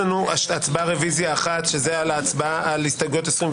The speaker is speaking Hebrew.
הצבעה על רביזיה אחת על הסתייגויות 24,